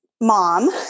mom